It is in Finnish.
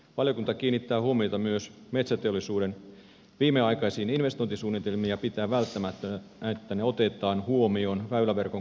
valiokunta kiinnittää huomiota myös metsäteollisuuden viimeaikaisiin investointisuunnitelmiin ja pitää välttämättömänä että ne otetaan huomioon väyläverkon kunnossapidossa ja kehittämisessä